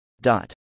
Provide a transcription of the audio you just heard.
Dot